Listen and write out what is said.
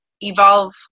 evolve